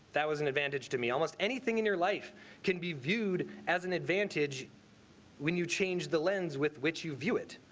that was an advantage to me almost anything in your life can be viewed as an advantage when you change the lens with which you view it.